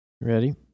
Ready